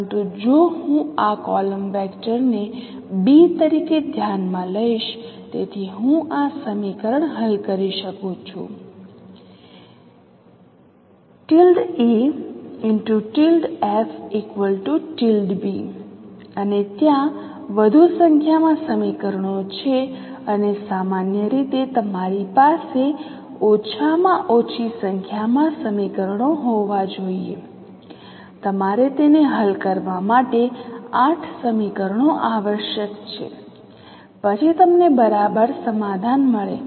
પરંતુ જો હું આ કોલમ વેક્ટર ને b તરીકે ધ્યાન માં લઈશ તેથી હું આ સમીકરણ હલ કરી શકું છું અને ત્યાં વધુ સંખ્યામાં સમીકરણો છે અને સામાન્ય રીતે તમારી પાસે ઓછામાં ઓછી સંખ્યામાં સમીકરણો હોવા જોઈએ તમારે તેને હલ કરવા માટે 8 સમીકરણો આવશ્યક છે પછી તમને બરાબર સમાધાન મળે